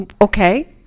Okay